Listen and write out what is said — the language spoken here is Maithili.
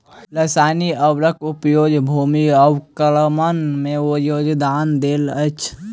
रासायनिक उर्वरक उपयोग भूमि अवक्रमण में योगदान दैत अछि